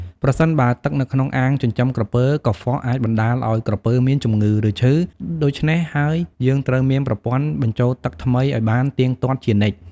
ប្រសិនបើទឹកនៅក្នុងអាងចិញ្ចឹមក្រពើកខ្វក់អាចបណ្តាលឲ្យក្រពើមានជំងឺ ឬឈឺ ដូចច្នេះហើយយើងត្រូវមានប្រព័ន្ធបញ្ចូលទឹកថ្មីឲ្យបានទៀងទាត់ជានិច្ច។